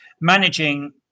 Managing